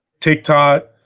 TikTok